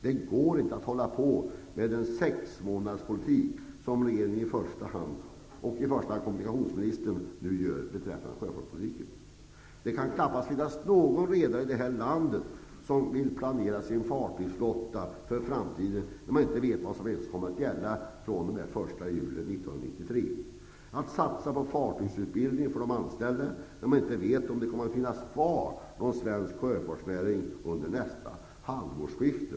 Det går inte att hålla på med en sexmånaderspolitik, som regeringen, i första hand kommunikationsministern, nu gör inom sjöfartspolitiken. Det kan knappast finnas någon redare i det här landet som vill planera en fartygsflotta för framtiden, eftersom man inte ens vet vad som kommer att gälla fr.o.m. den 1 juli 1993 eller vill satsa på fartygsutbildning för de anställda, då man inte vet om det kommer att finnas kvar någon svensk sjöfartsnäring ens efter nästa halvårsskifte.